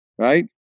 right